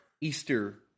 Easter